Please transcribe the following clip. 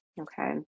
Okay